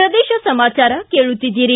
ಪ್ರದೇಶ ಸಮಾಚಾರ ಕೇಳುತ್ತಿದ್ದೀರಿ